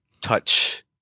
touch